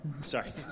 sorry